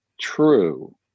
true